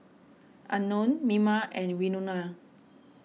Unknown Mima and Winona